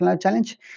challenge